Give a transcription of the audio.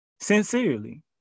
Sincerely